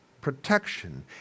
protection